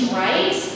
right